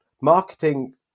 marketing